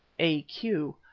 a q.